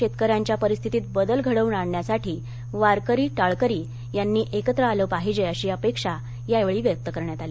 शेतकऱ्यांच्या परिस्थितीत बदल घडवून आणण्यासाठी वारकरी टाळकरी यांनी एकत्र आलं पाहिजे अशी अपेक्षा या वेळी व्यक्त करण्यात आली